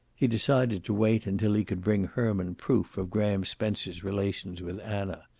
he decided to wait until he could bring herman proof of graham spencer's relations with anna.